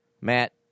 Matt